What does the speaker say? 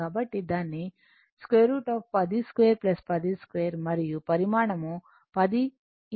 కాబట్టి దాన్ని√ 10 2 10 2 మరియు పరిమాణం 10 √ 2